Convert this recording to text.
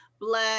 blood